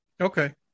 Okay